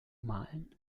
malen